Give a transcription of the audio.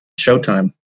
showtime